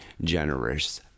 generous